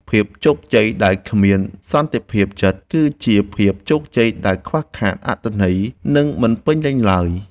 ភាពជោគជ័យដែលគ្មានសន្តិភាពចិត្តគឺជាភាពជោគជ័យដែលខ្វះខាតអត្ថន័យ និង មិនពេញលេញឡើយ។